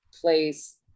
place